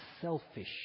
selfish